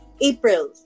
April